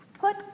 put